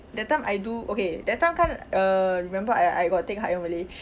that time I do okay that time kan err remember I I got take higher malay